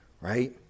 right